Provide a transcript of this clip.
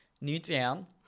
Newtown